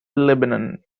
lebanon